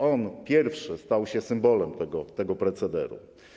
On pierwszy stał się symbolem tego procederu.